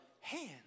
hands